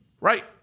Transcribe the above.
right